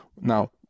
Now